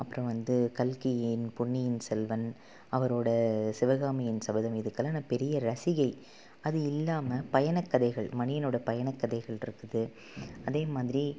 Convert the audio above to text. அப்புறம் வந்து கல்கியின் பொன்னியின் செல்வன் அவரோட சிவகாமியின் சபதம் இதுக்கெல்லாம் நான் பெரிய ரசிகை அது இல்லாமல் பயண கதைகள் மணியனோடய பயண கதைகள்ருக்குது அதேமாதிரி